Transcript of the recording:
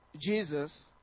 Jesus